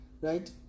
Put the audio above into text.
right